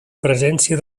presència